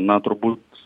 na turbūt